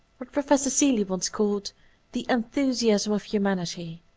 what professor seeley once called the enthusiasm of humanity,